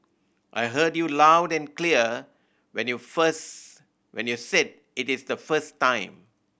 I heard you loud and clear when you first when you said it is the first time